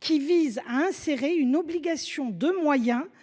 qui vise à insérer une obligation de moyens